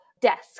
desk